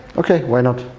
ok, why not?